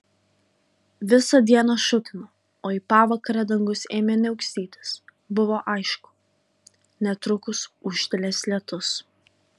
visą dieną šutino o į pavakarę dangus ėmė niaukstytis buvo aišku netrukus ūžtelės lietus